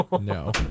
no